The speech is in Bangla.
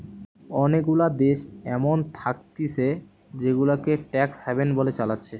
অনেগুলা দেশ এমন থাকতিছে জেগুলাকে ট্যাক্স হ্যাভেন বলে চালাচ্ছে